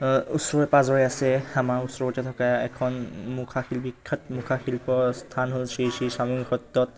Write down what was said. ওচৰৰে পাঁজৰে আছে আমাৰ ওচৰতে থকা এখন মুখা শিল্প বিখ্যাত মুখা শিল্প স্থান হ'ল শ্ৰী শ্ৰী চামগুৰি সত্ৰত